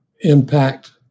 impact